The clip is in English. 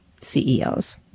CEOs